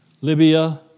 Libya